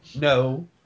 No